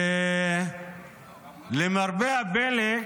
ולמרבה הפלא,